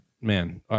man